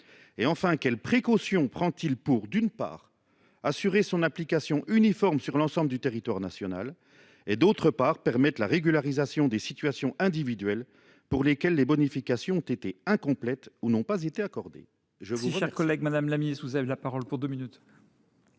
? Quelles précautions prend il pour, d’une part, assurer son application uniforme sur l’ensemble du territoire national et, d’autre part, permettre la régularisation des situations individuelles pour lesquelles les bonifications ont été incomplètes ou n’ont pas été accordées ? La parole